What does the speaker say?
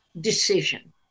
decision